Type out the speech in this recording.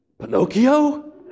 Pinocchio